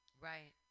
Right